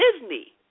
Disney